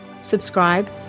subscribe